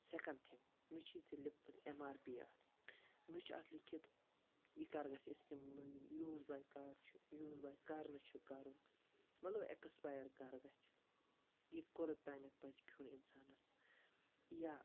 second thing نہَ چھُے ژےٚ لیٛوٗکھمُت ایٚم آر پی اَتھ نہَ چھُ اَتھ لیٖکھِتھ یہِ کر گَژھِ اِستع یوٗز بیٚیہِ کر چھُ یوٗز باے کر نہٕ چھُ کَرُن مَطلَب ایٚکسپایَر کر گَژھِ یہِ کوٚتتام پَزِ کھیٚون اِنسانَس یا